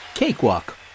Cakewalk